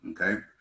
okay